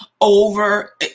over